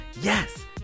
Yes